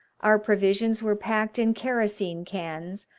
our provisions were packed in kerosene cans,